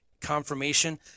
confirmation